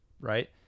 Right